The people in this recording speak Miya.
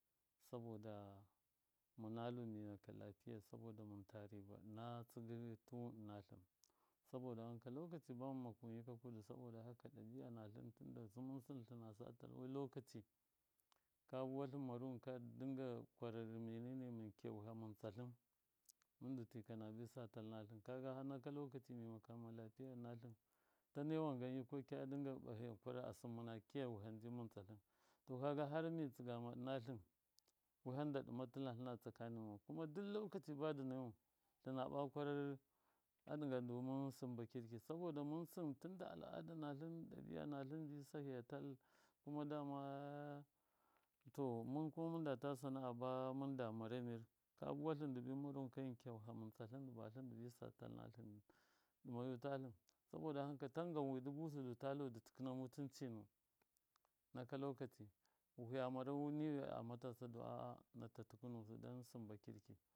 Saboda mɨnatlu mi maka lapiiya saboda mɨn ta riba ɨna tsɨgɨ tuwɨn ɨna tlin saboda wanka lokaci ba mɨn makuwɨn yika kudu saboda haka daba natlɨn mɨnsin tlina satal wi lokaci ka buwatlɨn maruwɨn dɨ dinga kwararɨ menene mɨn kiya wiham mɨn tsatɨin mɨndu tika nabi sa tal natlɨn kaga naka lokaci mi makama lapiya ɨna tlɨn ta newan gan yikwaiki a dinga bahiya kwararɨ asɨn mɨna kiya wiham mɨn tsatlin to kaga har mi tsɨgama ɨnatlɨn wiham da ɗɨma tɨlatlɨna tsakani mau kwarari a ɗɨnga du mɨn sɨm ba kirki saboda mɨn sɨn tunda al. ada natlin ji sahiya tal to mɨn kuma mɨn data sana’a mɨnda mara mir ka buwatlɨn dɨ maruwɨn ka mɨn kiya wiham mɨntsa tlɨn dɨ bathɨn dibi sa tal, natlɨn dɨ ɗɨma yutatlɨn saboda haka tangan wi dɨ busɨ talu dɨ tikɨna mutuncɨ nuwɨn naka lokaci fiya mara niwi a matasa du a. a fata tukɨnusu ti sɨm ba kirki.